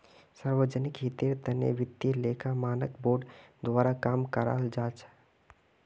सार्वजनिक हीतेर तने वित्तिय लेखा मानक बोर्ड द्वारा काम कराल जाहा